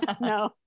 no